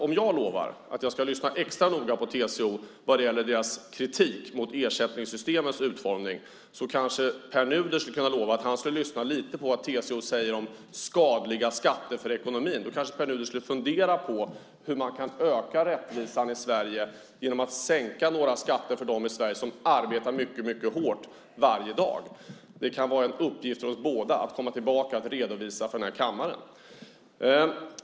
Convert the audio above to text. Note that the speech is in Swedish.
Om jag lovar att jag ska lyssna extra noga på TCO vad gäller deras kritik mot ersättningssystemens utformning kanske Pär Nuder kan lova att han ska lyssna lite på vad TCO säger om skadliga skatter för ekonomin. Då kanske Pär Nuder skulle fundera på hur man kan öka rättvisan i Sverige genom att sänka några skatter för dem i Sverige som arbetar mycket hårt varje dag. Det kan vara en uppgift för oss båda att komma tillbaka och redovisa för kammaren.